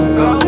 go